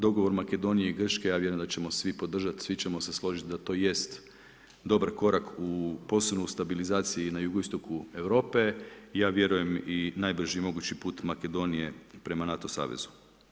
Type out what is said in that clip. Dogovor Makedonije i Grčke ja vjerujemo da ćemo svi podržat svi ćemo se složiti da to jest dobar korak u, posebno u stabilizaciji na jugoistoku Europe, ja vjerujem i najbrži mogući put Makedonije prema NATO savezu.